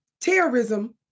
terrorism